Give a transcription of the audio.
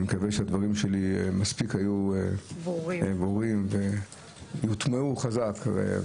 אני מקווה שהדברים שלי היו מספיק ברורים והוטמעו חזק.